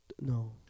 no